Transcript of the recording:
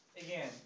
again